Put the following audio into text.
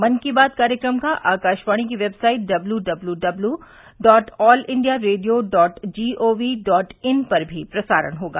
मन की बात कार्यक्रम का आकाशवाणी की website W W W dot all India radio dot G O V dot in पर भी प्रसारण होगा